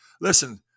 Listen